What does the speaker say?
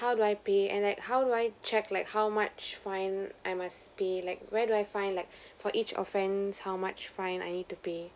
how do I pay and like how do I check like how much fine I must pay like where do I find like for each offence how much fine I need to pay